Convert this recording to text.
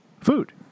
food